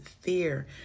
fear